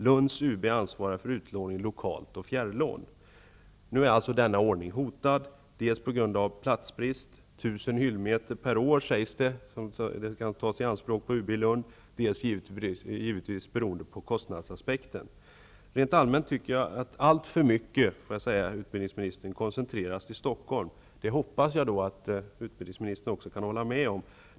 Lunds universitetsbibliotek ansvarar för utlåning lokalt och för fjärrlån. Nu är denna ordning hotad dels på grund av platsbrist -- det sägs att 1 000 hyllmeter per år får tas i anspråk i Lund --, dels givetvis på grund av kostnadsaspekten. Rent allmänt tycker jag att alltför mycket koncentreras till Stockholm. Det hoppas jag att utbildningsministern kan hålla med om.